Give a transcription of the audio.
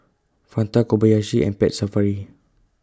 Fanta Kobayashi and Pet Safari